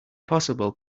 possible